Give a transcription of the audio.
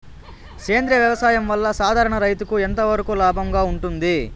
సేంద్రియ వ్యవసాయం వల్ల, సాధారణ రైతుకు ఎంతవరకు లాభంగా ఉంటుంది?